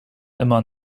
immer